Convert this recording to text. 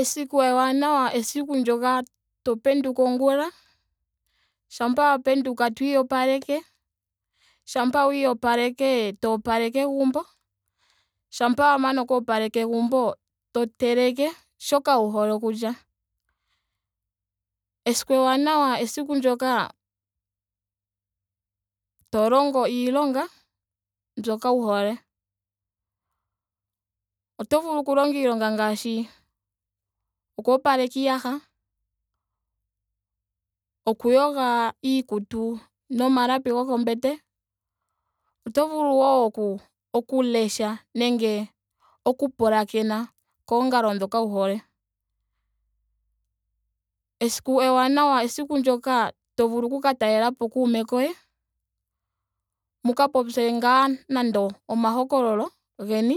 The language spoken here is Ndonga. Esiku ewanawa esiku ndyoka to penduka ongula. shampa wa penduka to iyopaleke. shampa wa iyopaleke to opaleke egumbo. shampa wa mana oku opaleka egumbo to teleke shoka wu hole oku lya. Esiku ewanawa esiku ndyoka to longo iilonga mbyoka wu hole. Oto vulu oku longa iilonga ngaashi oku opaleka iiyaha. oku yoga iikutu nomalapi gokombete. oto vulu wo oku- oku lesha nenge oku pulakena koongalo dhoka wu hole. Esiku ewanawa esiku ndyoka to vulu oku ka talelapo kuume koye. mu ka popye ngaa nando omahokololo geni.